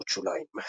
הערות שוליים ==